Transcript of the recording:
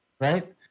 Right